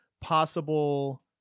possible –